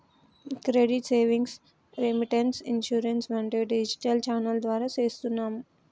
credit savings, remittance, insurance వంటివి digital channel ద్వారా చేస్తున్నాము